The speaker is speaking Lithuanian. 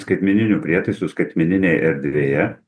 skaitmeninių prietaisų skaitmeninėj erdvėje